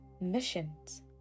missions